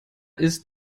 ist